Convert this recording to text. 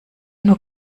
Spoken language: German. nur